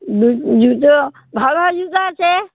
জুতো ভালো ভাল জুতো আছে